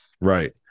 Right